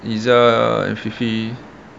iza and fifi